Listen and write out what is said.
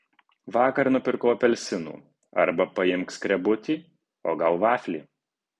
vakar nupirkau apelsinų arba paimk skrebutį o gal vaflį